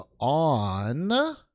On